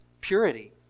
purity